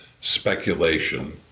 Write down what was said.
speculation